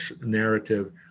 narrative